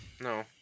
No